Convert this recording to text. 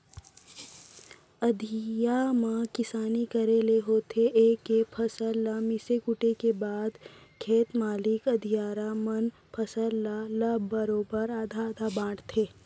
अधिया म किसानी करे ले होथे ए के फसल ल मिसे कूटे के बाद खेत मालिक अधियारा मन फसल ल ल बरोबर आधा आधा बांटथें